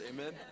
Amen